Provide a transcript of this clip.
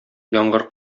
яңгыр